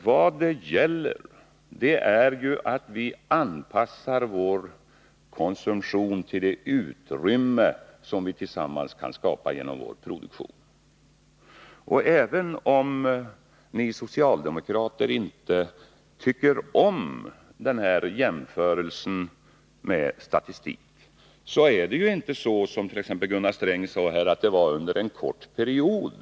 Vad det gäller är ju att anpassa konsumtionen till det utrymme som vi tillsammans kan skapa genom produktionen. Ni socialdemokrater tycker inte om statistiska jämförelser med hur det var under er tid i regeringsställning. Men det är inte som Gunnar Sträng sade, att arbetslösheten var hög under bara en kort period.